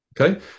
Okay